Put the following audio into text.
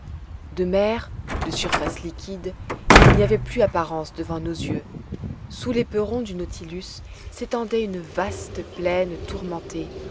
de mer de surface liquide il n'y avait plus apparence devant nos yeux sous l'éperon du nautilus s'étendait une vaste plaine tourmentée